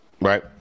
Right